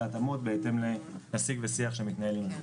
התאמות בהתאם לשיג ושיח שמתנהל עם ארגונ הנכים.